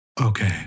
okay